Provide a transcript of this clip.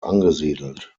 angesiedelt